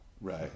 Right